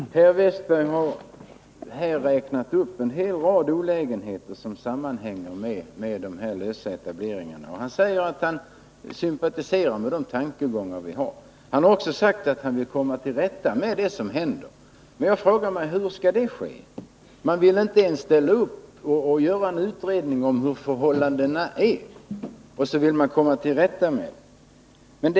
Herr talman! Per Westerberg har här räknat upp en hel rad olägenheter som sammanhänger med de lösa etableringarna, och han säger att han sympatiserar med våra tankegångar. Han har också sagt att han vill komma till rätta med de missförhållanden som råder. Men jag frågar: Hur skall det ske? Man vill inte ens ställa upp när det gäller att göra en utredning om hur förhållandena är — trots att man vill komma till rätta med dem.